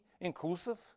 inclusive